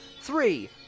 Three